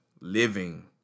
living